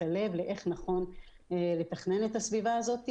הלב איך נכון לתכנן את הסביבה הזאת.